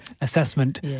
assessment